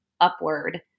upward